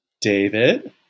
David